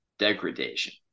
degradation